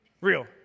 real